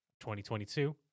2022